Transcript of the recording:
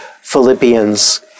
Philippians